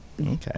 Okay